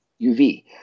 uv